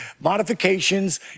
modifications